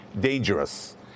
dangerous